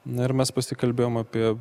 na ir mes pasikalbėjom apie